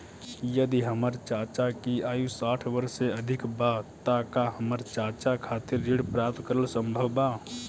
यदि हमर चाचा की आयु साठ वर्ष से अधिक बा त का हमर चाचा खातिर ऋण प्राप्त करल संभव बा